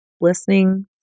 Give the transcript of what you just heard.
listening